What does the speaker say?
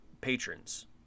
patrons